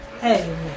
Hey